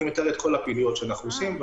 אני מתאר את כל הפעילויות שאנחנו עושים.